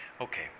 okay